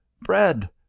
bread